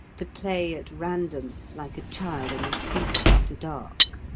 to play at random like a child in the streets after dark.